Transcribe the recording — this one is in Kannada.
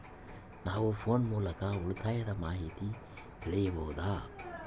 ನಾವು ಫೋನ್ ಮೂಲಕ ಉಳಿತಾಯದ ಮಾಹಿತಿ ತಿಳಿಯಬಹುದಾ?